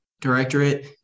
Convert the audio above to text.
Directorate